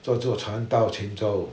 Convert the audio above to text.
坐坐船到泉州